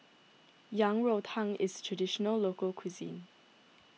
Yang Rou Tang is a Traditional Local Cuisine